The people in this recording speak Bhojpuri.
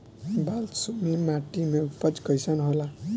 बालसुमी माटी मे उपज कईसन होला?